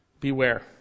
Beware